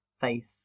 face